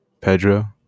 Pedro